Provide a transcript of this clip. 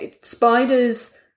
spiders